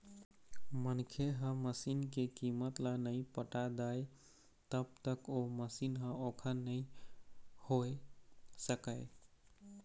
मनखे ह मसीन के कीमत ल नइ पटा दय तब तक ओ मशीन ह ओखर नइ होय सकय